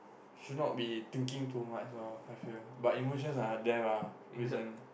should not be thinking too much lor I feel but emotions are there lah for a reason